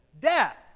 Death